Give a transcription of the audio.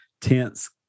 tense